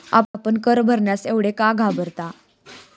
आपण कर भरण्यास एवढे का घाबरता?